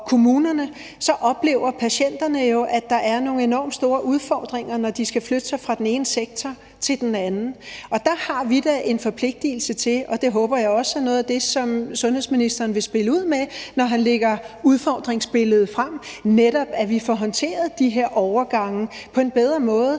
kommunerne, så oplever patienterne jo, at der er nogle enormt store udfordringer, når de skal flytte sig fra den ene sektor til den anden. Der har vi da en forpligtelse til – og det håber jeg også er noget af det, som sundhedsministeren vil spille ud med, når han lægger udfordringsbilledet frem – at vi får håndteret de her overgange på en bedre måde,